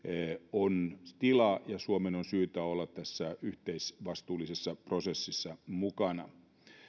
on tilaa ja suomen on syytä olla tässä yhteisvastuullisessa prosessissa mukana